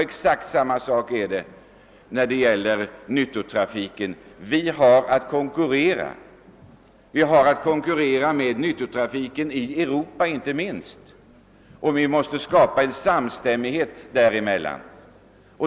Exakt samma sak är det när det gäller nyttotrafiken — vi har att konkurrera, inte minst med nyttotrafiken i Europa, och vi måste skapa en samstämmighet därvidlag.